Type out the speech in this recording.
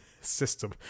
system